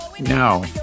No